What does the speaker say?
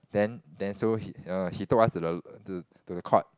then then so he err he told us to the to the court